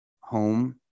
home